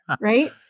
Right